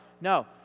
no